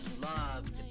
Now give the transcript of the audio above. love